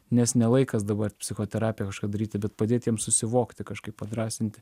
nes ne laikas dabar psichoterapijos daryti bet padėti jiem susivokti kažkaip padrąsinti